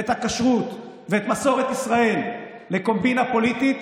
את הכשרות ואת מסורת ישראל לקומבינה פוליטית,